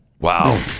Wow